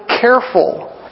careful